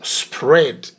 spread